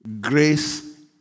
Grace